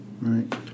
Right